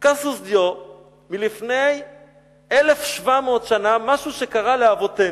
קסיוס דיו לפני 1,700 שנה משהו שקרה לאבותינו.